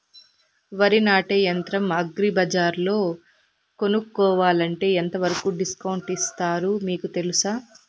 వరి నాటే యంత్రం అగ్రి బజార్లో కొనుక్కోవాలంటే ఎంతవరకు డిస్కౌంట్ ఇస్తారు మీకు తెలుసా?